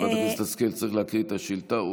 חברת הכנסת השכל, צריך לקרוא את השאילתה.